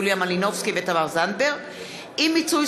יוליה מלינובסקי ותמר זנדברג בנושא: